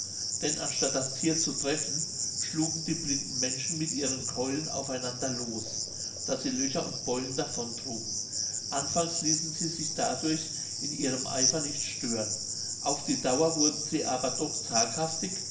denn anstatt das thier zu treffen schlugen die blinden menschen mit ihren keulen auf einander los daß sie löcher und beulen davontrugen anfangs ließen sie sich dadurch in ihrem eifer nicht stören auf die dauer wurden sie aber doch zaghaftig